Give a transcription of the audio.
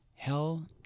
Hell